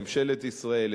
ממשלת ישראל,